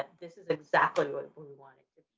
this is exactly what we we wanted.